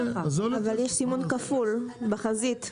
אבל יש סימון כפול בחזית.